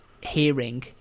hearing